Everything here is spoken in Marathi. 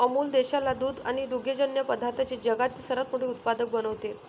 अमूल देशाला दूध आणि दुग्धजन्य पदार्थांचे जगातील सर्वात मोठे उत्पादक बनवते